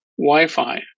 Wi-Fi